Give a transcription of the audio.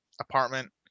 apartment